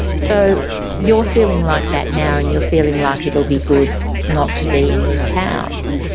so you're feeling like that now and you're feeling like it'll be good not to be in this house.